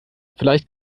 vielleicht